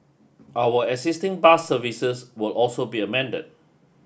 our existing bus services will also be amended